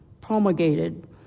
promulgated